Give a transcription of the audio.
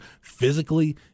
physically